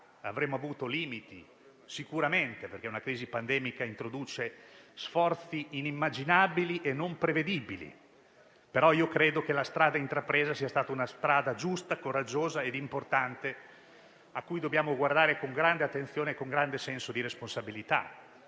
Avremo avuto limiti, sicuramente, perché una crisi pandemica introduce sforzi inimmaginabili e non prevedibili, ma credo che la strada intrapresa sia stata giusta, coraggiosa e importante e ad essa dobbiamo guardare con grande attenzione e grande senso di responsabilità.